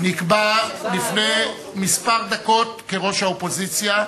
נקבע לפני כמה דקות כראש האופוזיציה,